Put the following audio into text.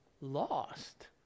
lost